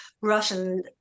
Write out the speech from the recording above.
Russian